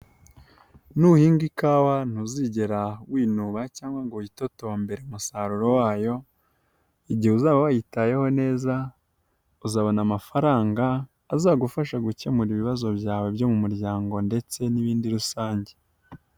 Nuhinga ikawa ntuzigera winuba cyangwa ngo witotombere umusaruro wayo. Igihe uzaba wayitayeho neza uzabona amafaranga azagufasha gukemura ibibazo byawe byo mu muryango ndetse n'ibindi rusange.